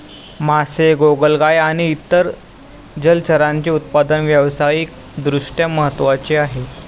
मासे, गोगलगाय आणि इतर जलचरांचे उत्पादन व्यावसायिक दृष्ट्या महत्त्वाचे आहे